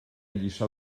lliçà